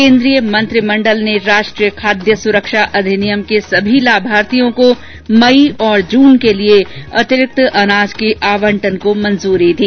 केन्द्रीय मंत्रिमंडल ने राष्ट्रीय खाद्य सुरक्षा अधिनियम के सभी लाभार्थियों को मई और जून के लिए अतिरिक्त अनाज के आवंटन को मंजूरी दी